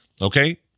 okay